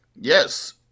Yes